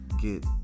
get